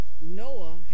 Noah